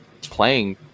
playing